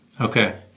Okay